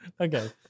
okay